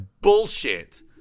bullshit